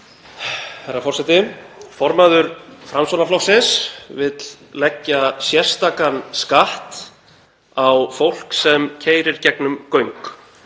Herra forseti. Formaður Framsóknarflokksins vill leggja sérstakan skatt á fólk sem keyrir í gegnum göng.